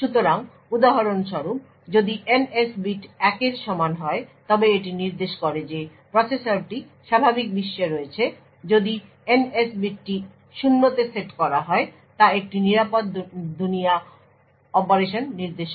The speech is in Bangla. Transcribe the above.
সুতরাং উদাহরণস্বরূপ যদি NS বিট 1 এর সমান হয় তবে এটি নির্দেশ করে যে প্রসেসরটি স্বাভাবিক বিশ্বে রয়েছে যদি NS বিটটি 0 তে সেট করা হয় তা একটি নিরাপদ দুনিয়া অপারেশন নির্দেশ করে